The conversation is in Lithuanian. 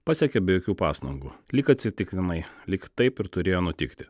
pasiekia be jokių pastangų lyg atsitiktinai lyg taip ir turėjo nutikti